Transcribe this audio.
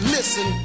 Listen